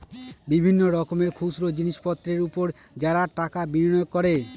বিভিন্ন রকমের খুচরো জিনিসপত্রের উপর যারা টাকা বিনিয়োগ করে